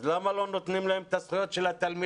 אז למה לא נותנים להם את הזכויות של תלמידים?